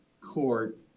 court